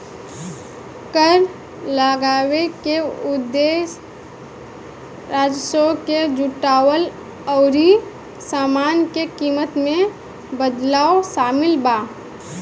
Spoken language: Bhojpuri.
कर लगावे के उदेश्य राजस्व के जुटावल अउरी सामान के कीमत में बदलाव शामिल बा